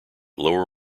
lower